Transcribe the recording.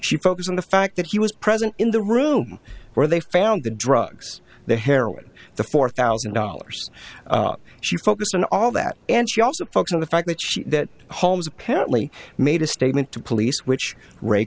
she focused on the fact that he was present in the room where they found the drugs the heroin the four thousand dollars she focused on all that and she also focus on the fact that she that holmes apparently made a statement to police which ra